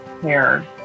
cared